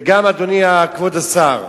וגם, אדוני, כבוד השר,